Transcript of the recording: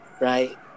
right